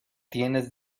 tienes